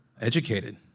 educated